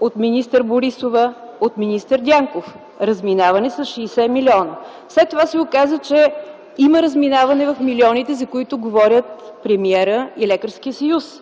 от министър Борисова, от министър Дянков - разминаване с 60 милиона. След това се оказа, че има разминаване в милионите, за които говорят премиерът и Лекарският съюз.